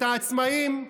את העצמאים,